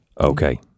Okay